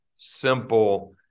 simple